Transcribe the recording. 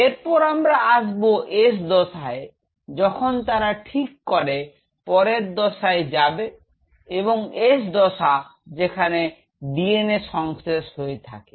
এরপর আমরা আসবো S দশায় যখন তারা ঠিক করে পরের দশায় যাবে এবং S দশা যেখানে DNA সংশ্লেষ হয়ে থাকে